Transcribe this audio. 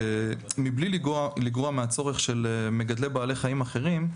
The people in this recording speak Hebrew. שמבלי לגרוע מהצורך של מגדלי בעלי חיים אחרים,